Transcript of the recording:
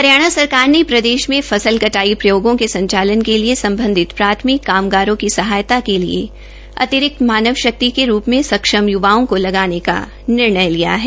हरियाणा सरकार ने प्रदेश में फसल कटाई प्रयोगों के संचालन के लिए संबंधित प्राथमिक कामगारों की सहायता के लिए अतिरिक्त मानवशक्ति के रूप में सक्षम युवाओं को लगाने का निर्णय लिया है